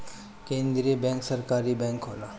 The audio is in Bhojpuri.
केंद्रीय बैंक सरकारी बैंक होला